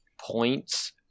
points